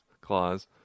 clause